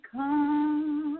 come